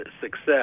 success